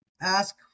ask